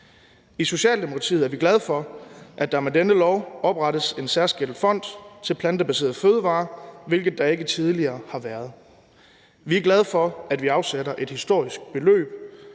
I Socialdemokratiet er vi glade for, at der med denne lov oprettes en særskilt fond for plantebaserede fødevarer, hvilket der ikke tidligere har været. Vi er glade for, at vi afsætter et historisk beløb